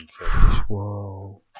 Whoa